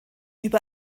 über